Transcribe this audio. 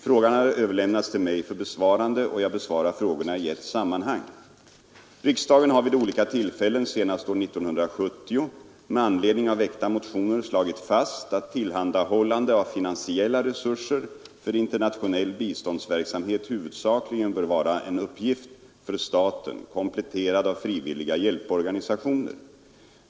Frågan har överlämnats till mig för besvarande och jag besvarar frågorna i ett sammanhang. Riksdagen har vid olika tillfällen, senast år 1970 med anledning av väckta motioner, slagit fast att tillhandahållande av finansiella resurser för internationell biståndsverksamhet huvudsakligen bör vara en uppgift för staten, kompletterad av frivilliga hjälporganisationer.